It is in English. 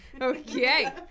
okay